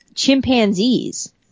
Chimpanzees